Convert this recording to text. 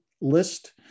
list